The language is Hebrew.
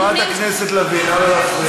חברת הכנסת לביא, נא לא להפריע.